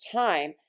time